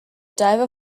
diver